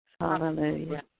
Hallelujah